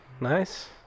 Nice